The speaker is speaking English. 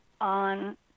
on